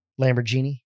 lamborghini